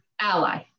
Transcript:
ally